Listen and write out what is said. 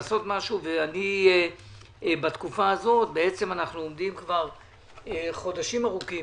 אנחנו עומדים כבר חודשים ארוכים